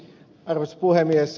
arvoisa puhemies